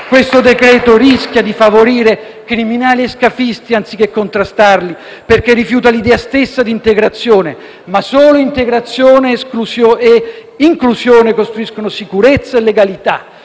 Questo decreto-legge rischia di favorire criminali e scafisti, anziché contrastarli, perché rifiuta l'idea stessa di integrazione, ma solo integrazione e inclusione costruiscono sicurezza e legalità.